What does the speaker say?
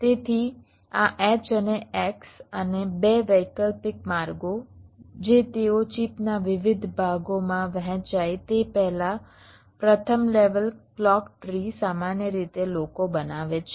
તેથી આ H અને X અને 2 વૈકલ્પિક માર્ગો જે તેઓ ચિપના વિવિધ ભાગોમાં વહેંચાય તે પહેલા પ્રથમ લેવલ ક્લૉક ટ્રી સામાન્ય રીતે લોકો બનાવે છે